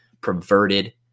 perverted